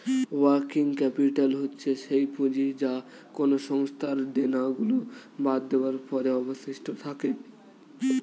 working capital হচ্ছে সেই পুঁজি যা কোনো সংস্থার দেনা গুলো বাদ দেওয়ার পরে অবশিষ্ট থাকে